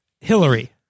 Hillary